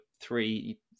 three